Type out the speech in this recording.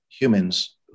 humans